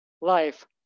life